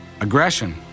Aggression